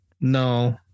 No